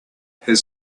his